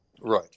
Right